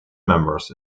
members